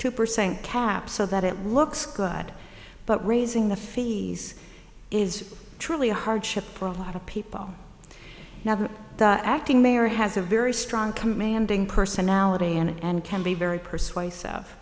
two percent cap so that it looks good but raising the fees is truly a hardship for a lot of people now that the acting mayor has a very strong commanding personality and can be very persuasive